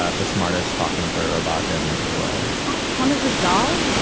ah the smartass talking to our robot in the world. does that count as a doll.